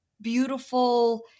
beautiful